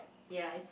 ya is